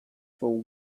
for